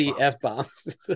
f-bombs